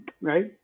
right